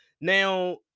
Now